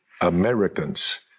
Americans